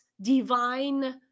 divine